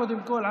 קודם כול,